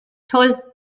toll